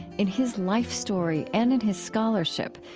in his life story and in his scholarship,